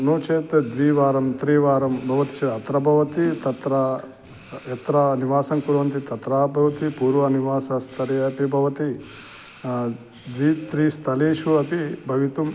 नो चेत् द्विवारं त्रिवारं भवति चेत् अत्र भवति तत्र यत्र निवासं कुर्वन्ति तत्र भवति पूर्वं निवासस्थले अपि भवति द्वित्रिस्थलेषु अपि भवितुं